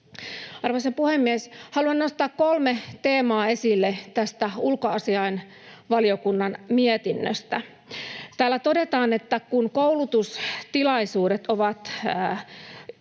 Arvoisa puhemies! Haluan nostaa kolme teemaa esille tästä ulkoasiainvaliokunnan mietinnöstä. Täällä todetaan, että kun koulutustilaisuudet ovat kunkin